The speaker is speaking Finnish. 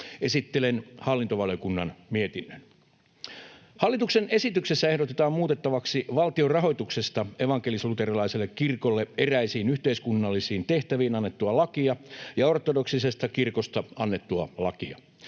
Esittelen hallintovaliokunnan mietinnön. Hallituksen esityksessä ehdotetaan muutettavaksi valtion rahoituksesta evankelis-luterilaiselle kirkolle eräisiin yhteiskunnallisiin tehtäviin annettua lakia ja ortodoksisesta kirkosta annettua lakia.